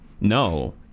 no